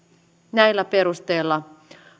näillä perusteilla